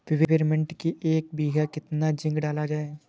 Peppermint की एक बीघा कितना जिंक डाला जाए?